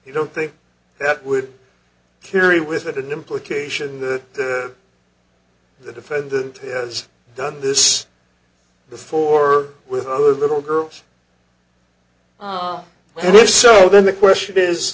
he don't think that would carry with it an implication that the defendant has done this before with other little girls which so then the question is